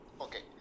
Okay